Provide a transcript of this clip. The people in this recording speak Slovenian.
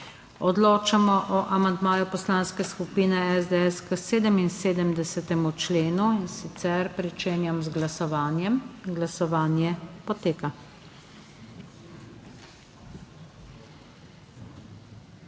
Odločamo o amandmaju Poslanske skupine SDS k 77. členu. In sicer pričenjam z glasovanjem. Glasujemo.